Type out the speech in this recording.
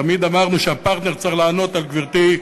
תמיד אמרנו שהפרטנר צריך לענות, גברתי,